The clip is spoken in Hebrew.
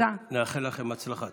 נאחל לכם בהצלחה.